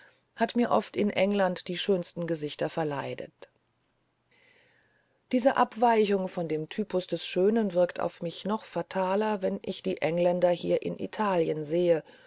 hat mir oft in england die schönsten gesichter verleidet diese abweichung von dem typus des schönen wirkt auf mich noch fataler wenn ich die engländer hier in italien sehe